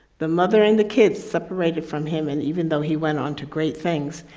the mother and the kids separated from him. and even though he went on to great things,